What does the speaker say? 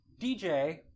DJ